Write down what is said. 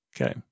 Okay